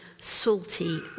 salty